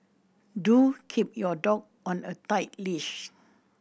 do keep your dog on a tight leash